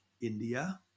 India